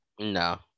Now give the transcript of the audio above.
no